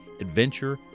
adventure